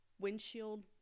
windshield